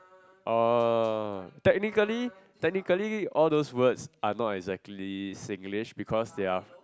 uh technically technically all those words are not exactly Singlish because they are